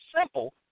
simple